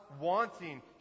wanting